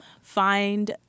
find